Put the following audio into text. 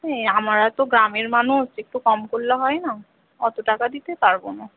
আমারা তো গ্রামের মানুষ একটু কম করলে হয় না অত টাকা দিতে পারব না